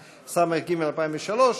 שעה), תשס"ג 2003,